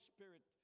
Spirit